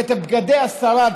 ואת בגדי השרד,